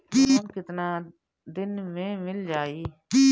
Loan कितना दिन में मिल जाई?